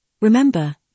Remember